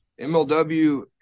MLW